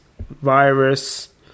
virus